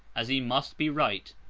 as he must be right,